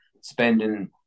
spending